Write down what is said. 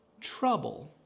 trouble